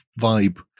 vibe